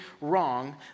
wrong